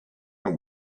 and